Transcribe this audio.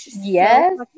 yes